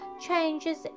changes